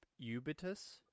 Ubitus